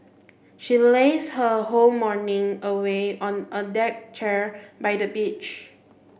she lazed her whole morning away on a deck chair by the beach